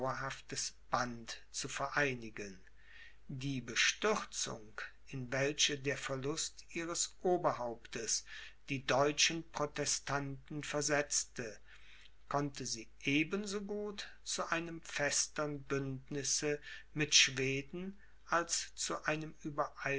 band zu vereinigen die bestürzung in welche der verlust ihres oberhauptes die deutschen protestanten versetzte konnte sie eben so gut zu einem festern bündnisse mit schweden als zu einem